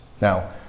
Now